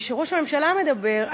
וכשראש הממשלה מדבר,